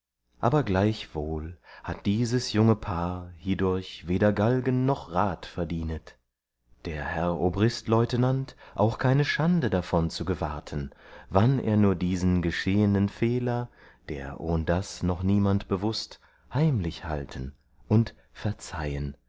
aber gleichwohl hat dieses junge paar hierdurch weder galgen noch rad verdienet der herr obristleutenant auch keine schande davon zu gewarten wann er nur diesen geschehenen fehler der ohndas noch niemand bewußt heimlich halten und verzeihen